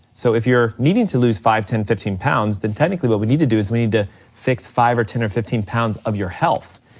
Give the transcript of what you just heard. so if you're needing to lose five, ten, fifteen pounds, then technically what we need to do is we need to fix five or ten or fifteen pounds of your health.